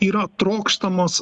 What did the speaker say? yra trokštamos